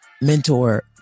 mentor